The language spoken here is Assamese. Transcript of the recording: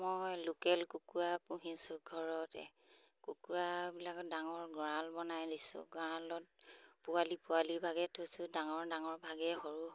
মই লোকেল কুকুৰা পুহিছোঁ ঘৰতে কুকুৰাবিলাকক ডাঙৰ গঁৰাল বনাই দিছোঁ গঁৰালত পোৱালি পোৱালিভাগে থৈছোঁ ডাঙৰ ডাঙৰভাগে সৰু